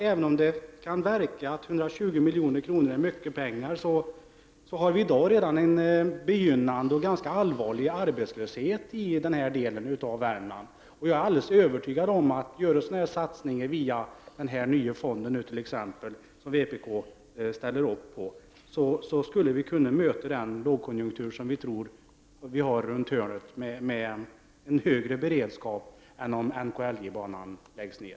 Även om 120 milj.kr. verkar vara mycket pengar, har vi redan i dag en begynnande och ganska allvarlig arbetslöshet i den här delen av Värmland. Jag är alldeles övertygad om att görs satsningar med hjälp av t.ex. denna nya fond, som vpk ställer upp på, skulle vi kunna möta den lågkonjunktur som vi tror att vi har runt hörnet med en högre beredskap än om NKLJ banan läggs ned.